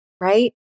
right